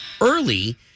early